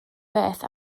beth